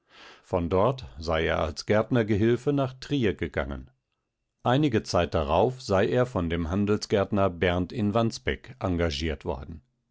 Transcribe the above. von dort sei er als gärtnergehilfe nach trier gegangen einige zeit darauf sei er von dem handelsgärtner berndt in wandsbek engagiert worden